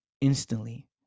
instantly